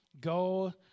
Go